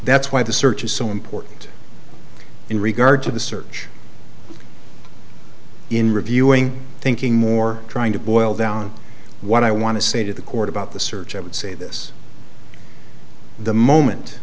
that's why the search is so important in regard to the search in reviewing thinking more trying to boil down what i want to say to the court about the search i would say this the moment